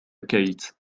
كيت